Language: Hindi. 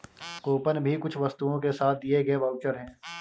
कूपन भी कुछ वस्तुओं के साथ दिए गए वाउचर है